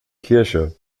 kirche